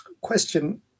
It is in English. question